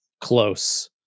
close